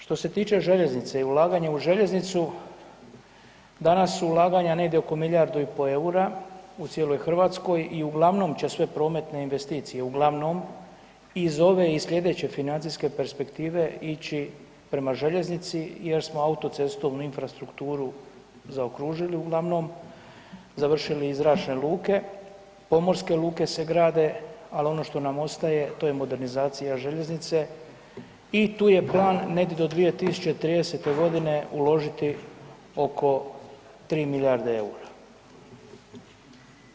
Što se tiče željeznice i ulaganja u željeznicu, danas su ulaganja negdje oko milijardu i po EUR-a u cijeloj Hrvatskoj i uglavnom će sve prometne investicije, uglavnom iz ove i slijedeće financijske perspektive ići prema željeznici jer smo autocestovnu infrastrukturu zaokružili uglavnom, završili i zračne luke, pomorske luke se grade, ali ono što nam ostaje to je modernizacija željeznice i tu je plan negdje do 2030. godine uložiti oko 3 milijarde EUR-a.